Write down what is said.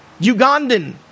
Ugandan